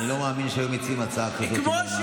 אני לא מאמין שהיו מציעים הצעה כזאת אם הם לא מאמינים בה.